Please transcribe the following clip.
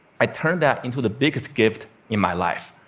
i turned that into the biggest gift in my life.